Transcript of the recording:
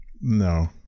No